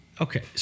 Okay